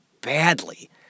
badly